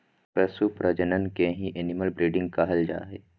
पशु प्रजनन के ही एनिमल ब्रीडिंग कहल जा हय